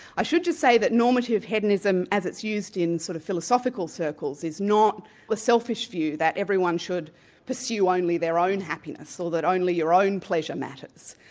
i should just say that normative hedonism as it's used in sort of philosophical circles is not the selfish view that everyone should pursue only their own happiness, or that only your own pleasure matters.